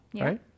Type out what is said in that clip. right